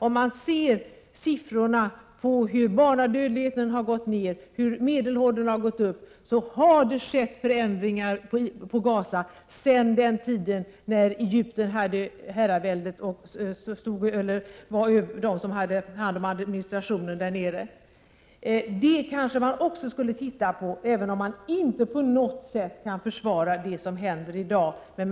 Om vi ser siffrorna över hur barnadödligheten har gått ner och hur medellivslängden har gått upp, så finner vi att det har skett förändringar på Gaza sedan den tid då Egypten hade hand om administrationen där nere. Det kanske man också skulle se på, även om man inte på något sätt kan försvara det som händer i dag.